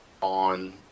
on